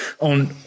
on